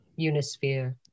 Unisphere